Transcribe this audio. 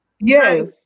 yes